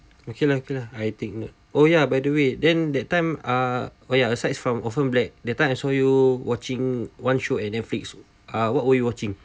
okay lah okay I take note oh ya by the way then that time uh besides from orphan black that time I saw you watching one show at netflix uh what were you watching